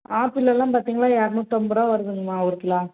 apple எல்லாம் பார்த்திங்கன்னா இரநூத்தம்பது ரூபா வருதுங்கம்மா ஒரு கிலோ